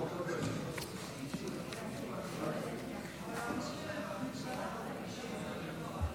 הצעת החוק נדונה בכנסת בקריאה ראשונה ביום ז'